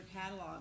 catalog